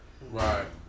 Right